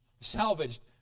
Salvaged